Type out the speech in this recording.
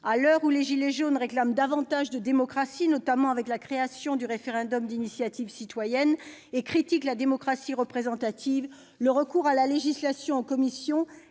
À l'heure où les « gilets jaunes » réclament davantage de démocratie avec la création du référendum d'initiative citoyenne et critiquent la démocratie représentative, le recours à la législation en commission